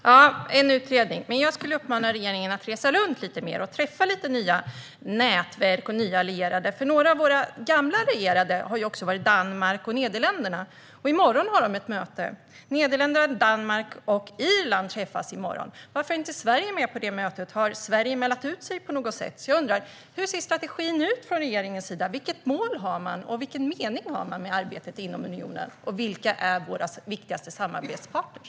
Herr talman! Det finns alltså en utredning. Men jag vill uppmana regeringen att resa runt lite mer och träffa nya allierade och skapa nya nätverk. Några av våra gamla allierade är Danmark och Nederländerna. I morgon har de ett möte då Nederländerna, Danmark och Irland träffas. Varför är Sverige inte med på detta möte? Har Sverige mält sig ut på något sätt? Hur ser regeringens strategi ut? Vilket mål och vilken mening har man med arbetet inom unionen? Vilka är våra viktigaste samarbetspartner?